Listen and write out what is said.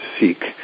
seek